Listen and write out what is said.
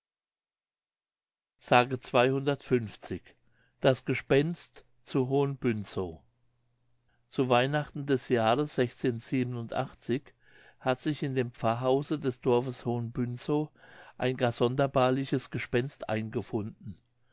das gespenst zu hohen bünsow zu weihnachten des jahres hat sich in dem pfarrhause des dorfes hohen bünsow ein gar sonderbarliches gespenst eingefunden